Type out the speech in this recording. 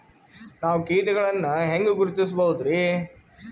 ನಾವು ಕೀಟಗಳನ್ನು ಹೆಂಗ ಗುರುತಿಸಬೋದರಿ?